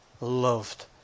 loved